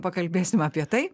pakalbėsim apie tai